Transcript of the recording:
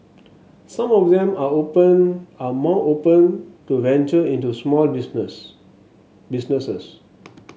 some of them are open are more open to venture into small business businesses